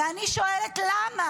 ואני שואלת למה?